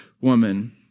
woman